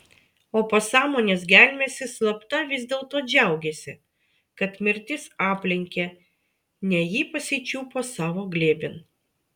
o pasąmonės gelmėse slapta vis dėlto džiaugėsi kad mirtis aplenkė ne jį pasičiupo savo glėbin